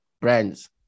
brands